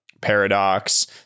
paradox